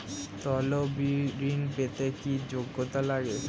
তলবি ঋন পেতে কি যোগ্যতা লাগে?